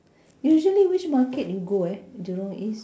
usually which market you go eh jurong east